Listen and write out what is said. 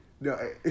No